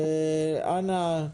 אנא.